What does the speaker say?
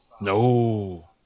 No